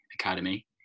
academy